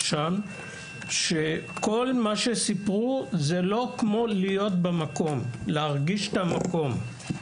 הם כתבו שכל מה שסיפרו הוא לא כמו להיות במקום ולהרגיש את המקום.